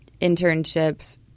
internships